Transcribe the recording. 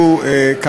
גברתי היושבת בראש,